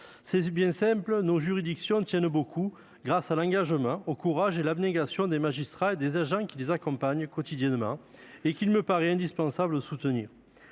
C'est bien simple : nos juridictions tiennent pour beaucoup grâce à l'engagement, au courage et à l'abnégation des magistrats et des agents qui les accompagnent quotidiennement- il me paraît indispensable de les soutenir.